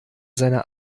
seiner